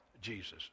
Jesus